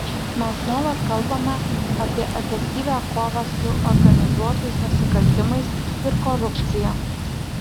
mes nuolat kalbame apie efektyvią kovą su organizuotais nusikaltimais ir korupcija